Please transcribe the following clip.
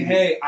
Hey